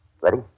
Ready